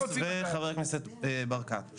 חבר הכנסת פינדרוס וחבר הכנסת ברקת,